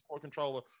controller